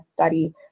study